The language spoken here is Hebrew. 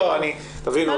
תבינו,